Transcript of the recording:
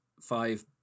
five